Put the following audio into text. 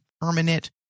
permanent